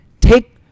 Take